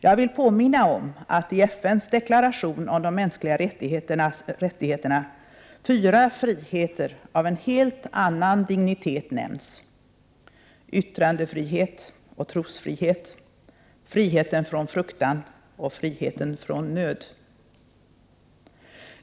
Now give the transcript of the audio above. Jag vill påminna om att i FN:s deklaration om de mänskliga rättigheterna fyra friheter av en helt annan dignitet nämns: yttrandefrihet och trosfrihet, friheten från fruktan och friheten från nöd.